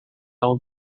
all